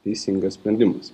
teisingas sprendimas